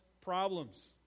problems